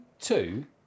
two